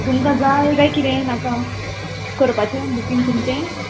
तुमकां जाय काय किदें नाका करपाचें बुकींग तुमचें